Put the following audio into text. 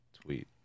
tweet